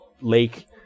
lake